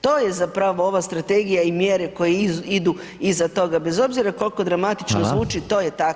To je zapravo ova strategija i mjere koje idu iza toga bez obzira koliko dramatično zvuči to je tako.